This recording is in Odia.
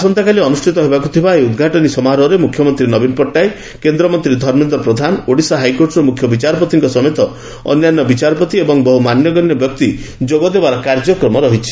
ଆସନ୍ତାକାଲି ଅନୁଷ୍ଠିତ ହେବାକୁ ଥିବା ଏହି ଉଦ୍ଘାଟନୀ ସମାରୋହରେ ମୁଖ୍ୟମନ୍ତ୍ରୀ ନବୀନ ପଟ୍ଟନାୟକ କେନ୍ଦ୍ରମନ୍ତ୍ରୀ ଧର୍ମେନ୍ଦ୍ର ପ୍ରଧାନ ଓଡିଶା ହାଇକୋର୍ଟର ମୁଖ୍ୟ ବିଚାରପତିଙ୍କ ସମେତ ଅନ୍ୟାନ୍ୟ ବିଚାରପତି ଏବଂ ବହୁ ମାନଗଣ୍ୟ ବ୍ୟକ୍ତି ଯୋଗଦେବାର କାର୍ଯ୍ୟକ୍ରମ ରହିଛି